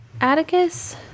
Atticus